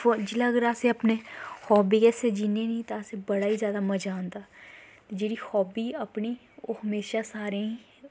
जेल्लै अगर अस अपने हाब्बी आस्तै जीने निं ते असें बड़ा ई जादा मज़ा आंदा ते जेह्ड़ी हॉब्बी अपनी ओह् हमेशा सारें गी